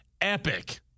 epic